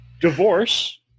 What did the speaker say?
divorce